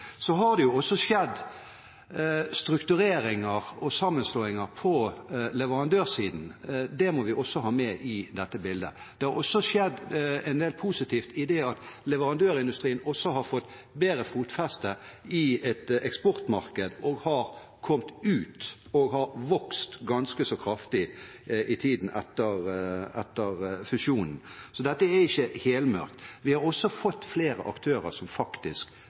Så har det skjedd struktureringer og sammenslåinger på leverandørsiden, det må vi også ha med i dette bildet. Det har også skjedd en del positivt ved at leverandørindustrien har fått bedre fotfeste i et eksportmarked og har kommet ut og vokst ganske så kraftig i tiden etter fusjonen. Så dette er ikke helmørkt. Vi har også fått flere aktører som faktisk